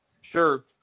sure